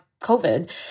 COVID